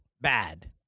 Bad